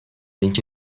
اینکه